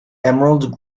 emerald